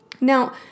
Now